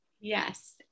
Yes